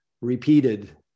repeated